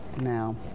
now